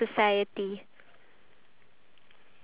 ya you know um